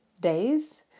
days